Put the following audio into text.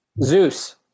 Zeus